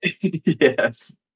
Yes